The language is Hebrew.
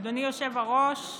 אדוני היושב-ראש,